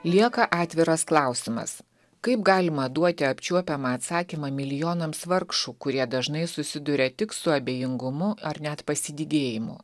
lieka atviras klausimas kaip galima duoti apčiuopiamą atsakymą milijonams vargšų kurie dažnai susiduria tik su abejingumu ar net pasidygėjimu